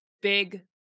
Big